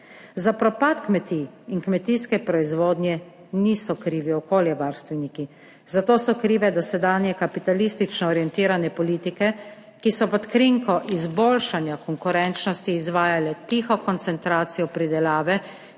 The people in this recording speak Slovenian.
Za propad kmetij in kmetijske proizvodnje niso krivi okoljevarstveniki. Za to so krive dosedanje kapitalistično orientirane politike, ki so pod krinko izboljšanja konkurenčnosti izvajale tiho koncentracijo pridelave